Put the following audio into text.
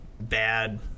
bad